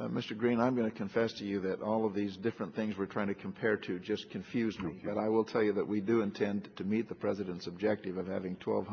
mr green i'm going to confess to you that all of these different things we're trying to compare to just confused but i will tell you that we do intend to meet the president's objective of having twelve